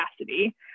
capacity